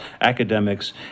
academics